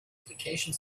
application